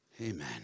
Amen